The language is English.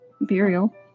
imperial